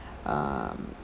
uh